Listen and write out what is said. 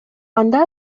анда